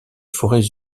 forêts